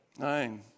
nine